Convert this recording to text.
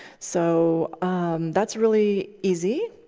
so that's really easy.